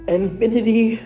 infinity